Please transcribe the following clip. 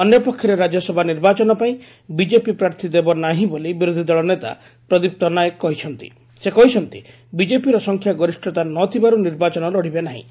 ଅନ୍ୟପକ୍ଷରେ ରାକ୍ୟସଭା ନିର୍ବାଚନ ପାଇଁ ବିଜେପି ପ୍ରାର୍ଥୀ ଦେବନାହିଁ ବୋଲି ବିରୋଧୀ ଦଳ ନେତା ପ୍ରଦୀପ୍ତ ନାଏକ କହିଛନ୍ତି ସେ କହିଛନ୍ତି ବିଜେପିର ସଂଖ୍ୟା ଗରିଷତା ନ ଥିବାରୁ ନିର୍ବାଚନ ଲଢିବେ ନାହିଁ